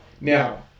Now